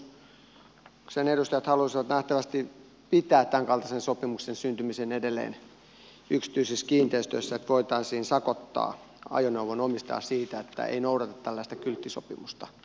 jotkut kokoomuksen edustajat haluaisivat nähtävästi pitää tämänkaltaisen sopimuksen syntymisen edelleen yksityisissä kiinteistöissä niin että voitaisiin sakottaa ajoneuvon omistajaa siitä että ei noudata tällaista kylttisopimusta